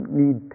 need